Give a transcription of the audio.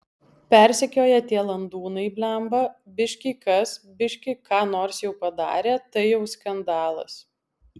persekioja tie landūnai blemba biški kas biški ką nors jau padarė tai jau skandalas